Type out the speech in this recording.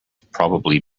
probably